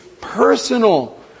personal